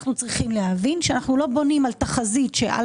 אנחנו צריכים להבין שאנחנו לא בונים על תחזית שעל